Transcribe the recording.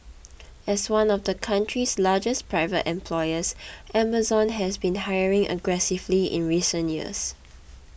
as one of the country's largest private employers Amazon has been hiring aggressively in recent years